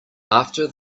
after